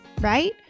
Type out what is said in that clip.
right